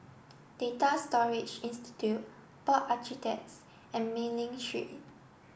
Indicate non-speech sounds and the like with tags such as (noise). Data Storage Institute Board (unintelligible) and Mei Ling Street